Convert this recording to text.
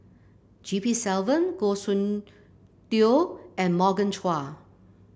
G P Selvam Goh Soon Tioe and Morgan Chua